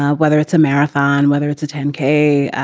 ah whether it's a marathon, whether it's a ten k,